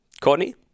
Courtney